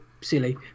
silly